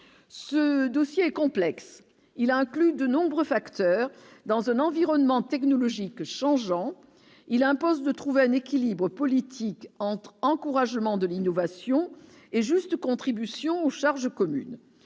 ce dossier complexe, il inclut de nombreux facteurs dans un environnement technologique changeant, il impose de trouver un équilibre politique entre encouragement de l'innovation et juste contribution aux charges communes